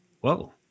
Whoa